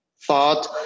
thought